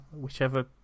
whichever